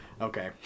Okay